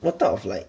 what type of like